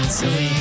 silly